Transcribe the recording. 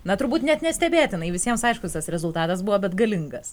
na turbūt net ne stebėtinai visiems aiškus tas rezultatas buvo bet galingas